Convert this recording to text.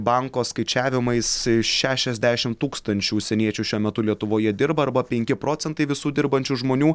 banko skaičiavimais šešiasdešimt tūkstančių užsieniečių šiuo metu lietuvoje dirba arba penki procentai visų dirbančių žmonių